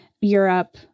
Europe